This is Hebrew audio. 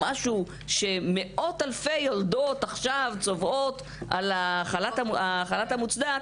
מאות אלפי יולדות צובאות עכשיו על החל"ת המוצדק,